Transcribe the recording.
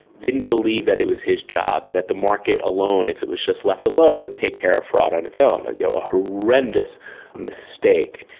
didn't believe that it was his job, that the market alone if it was just left alone would take care of fraud on its own. you know a horrendous mistake.